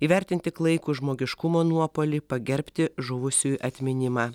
įvertinti klaikų žmogiškumo nuopuolį pagerbti žuvusiųjų atminimą